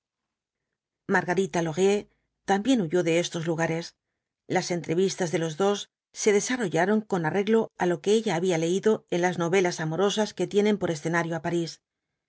margarita laurier también huyó de estos lugares las entrevistas de los dos se desarrollaron con arreglo á lo que ella había leído en las novelas amorosas que tienen por escenario á parís iba